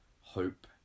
hope